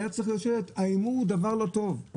היה צריך להיות שלט: ההימור הוא דבר לא טוב,